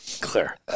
Clear